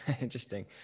interesting